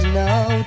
now